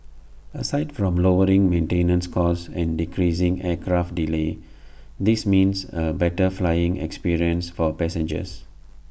aside from lowering maintenance costs and decreasing aircraft delays this means A better flying experience for passengers